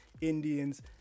indians